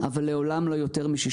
אבל לעולם לא יותר מ-6%.